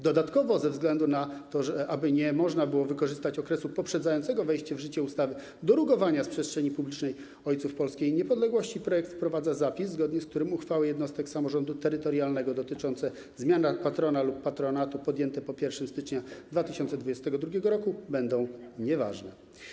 Dodatkowo, aby nie można było wykorzystać okresu poprzedzającego wejście w życie ustawy do rugowania z przestrzeni publicznej ojców polskiej niepodległości, projekt wprowadza zapis, zgodnie z którym uchwały jednostek samorządu terytorialnego dotyczące zmian patrona lub patronatu podjęte po 1 stycznia 2022 r. będą nieważne.